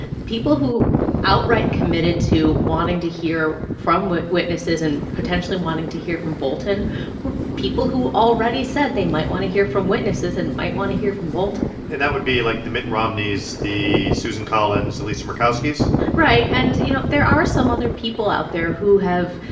people who outright committed to wanting to hear from witnesses and potentially wanting to hear from bolton were people who already said they might want to hear from witnesses and might want to hear from bolton and that would be, like, the mitt romneys, the susan collins, lisa murkowskis right. and, you know, there are some other people out there who have,